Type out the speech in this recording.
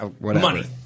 Money